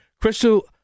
Crystal